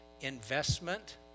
investment